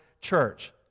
church